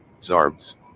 Zarb's